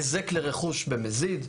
היזק לרכוש במזיד,